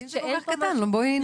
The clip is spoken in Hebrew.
אם זה כל כך קטן, בואי נוותר על זה.